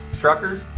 truckers